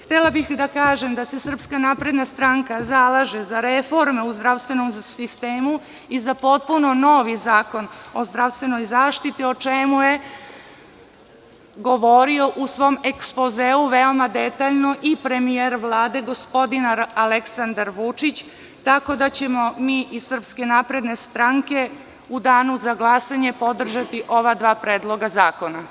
Htela bih da kažem da se SNS zalaže za reforme u zdravstvenom sistemu i za potpuno novi Zakon o zdravstvenoj zaštiti o čemu je govorio u svom ekspozeu veoma detaljno i premijer Vlade gospodin Aleksandar Vučić, tako da ćemo mi iz SNS u danu za glasanje podržati ova dva predloga zakona.